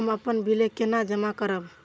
हम अपन बिल केना जमा करब?